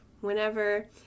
whenever